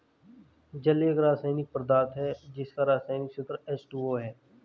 जल एक रसायनिक पदार्थ है जिसका रसायनिक सूत्र एच.टू.ओ है